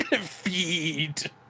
Feed